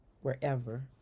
wherever